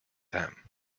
them